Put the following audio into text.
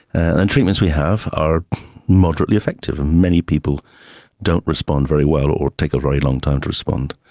ah and treatments we have are moderately effective and many people don't respond very well or take a very long time to respond.